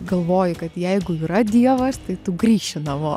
galvoji kad jeigu yra dievas tai tu grįši namo